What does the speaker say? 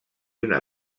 una